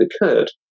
occurred